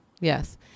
Yes